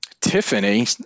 tiffany